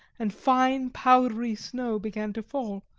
and fine, powdery snow began to fall,